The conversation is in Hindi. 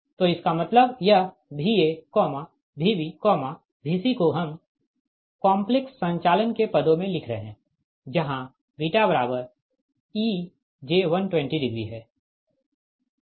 तो इसका मतलब यह VaVbVc को हम कॉम्प्लेक्स संचालन के पदों में लिख रहे है जहाँ βej120 है